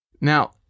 Now